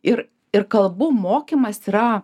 ir ir kalbų mokymas yra